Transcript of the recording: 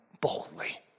boldly